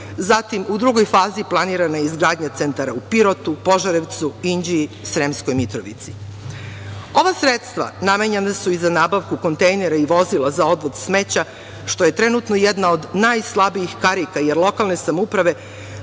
Zatim, u drugoj fazi planirana je izgradnja centara u Pirotu, Požarevcu, Inđiji, Sremskoj Mitrovici. Ova sredstva namenjena su i za nabavku kontejnera i vozila za odvoz smeća, što je trenutno jedna od najslabijih karija, jer lokalne samouprave